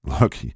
Look